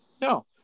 No